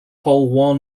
pol